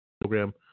program